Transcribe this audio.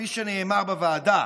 כפי שנאמר בוועדה,